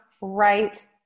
right